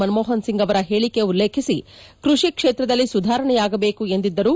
ಮನಮೋಪನ್ ಸಿಂಗ್ ಅವರ ಪೇಳಿಕೆ ಉಲ್ಲೇಖಿಸಿ ಕೃಷಿ ಕ್ಷೇತ್ರದಲ್ಲಿ ಸುಧಾರಣೆಯಾಗಬೇಕು ಎಂದಿದ್ದರು